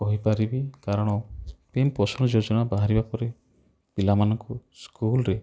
କହି ପାରିବି କାରଣ ପି ଏମ୍ ପୋଷଣ ଯୋଜନା ବାହାରିବା ପରେ ପିଲାମାନଙ୍କୁ ସ୍କୁଲ୍ରେ